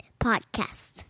Podcast